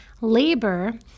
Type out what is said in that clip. Labor